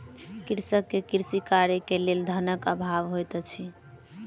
कृषक के कृषि कार्य के लेल धनक अभाव होइत अछि